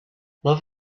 love